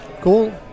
Cool